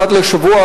אחת לשבוע,